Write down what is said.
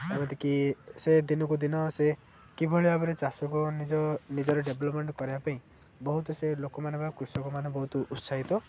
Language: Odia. ଯେମିତିକି ସେ ଦିନକୁ ଦିନ ସେ କିଭଳି ଭାବରେ ଚାଷକୁ ନିଜ ନିଜର ଡେଭଲପମେଣ୍ଟ୍ କରିବା ପାଇଁ ବହୁତ ସେ ଲୋକମାନେ ବା କୃଷକମାନେ ବହୁତ ଉତ୍ସାହିତ